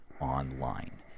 online